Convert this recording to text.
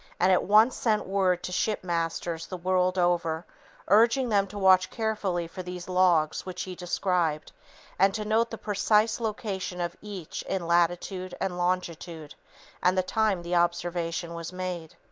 and at once sent word to shipmasters the world over urging them to watch carefully for these logs which he described and to note the precise location of each in latitude and longitude and the time the observation was made.